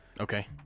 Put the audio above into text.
Okay